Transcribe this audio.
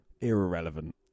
Irrelevant